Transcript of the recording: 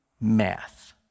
math